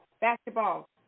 basketball